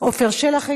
עפר שלח,